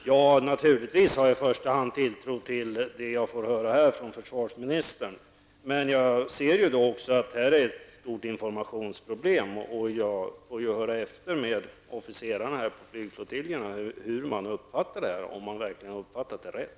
Herr talman! Naturligtvis har jag i första hand tilltro till det jag får höra här från försvarsministern. Men jag ser då också att det här föreligger ett stort informationsproblem. Jag får väl höra efter med officerarna på flygflottiljen om de verkligen har uppfattat det rätt.